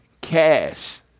Cash